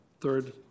third